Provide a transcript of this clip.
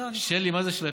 שלי, מה זה שלעפערס?